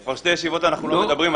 כבר שתי ישיבות שאנחנו לא מדברים,